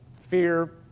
Fear